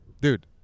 Dude